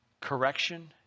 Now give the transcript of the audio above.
Correction